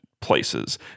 places